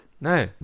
no